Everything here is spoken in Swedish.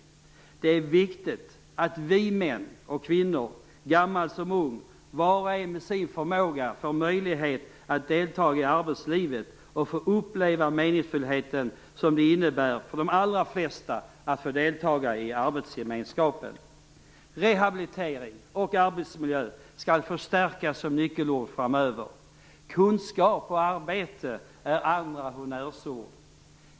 Det är viktigt att vi män och kvinnor, gammal som ung, var och en med sin förmåga får möjlighet att deltaga i arbetslivet och få uppleva den meningsfullhet som det innebär för de allra flesta att få deltaga i arbetsgemenskapen. Rehabilitering och arbetsmiljö skall förstärkas som nyckelord framöver. Kunskap och arbete är andra honnörsord.